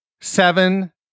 seven